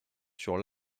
sur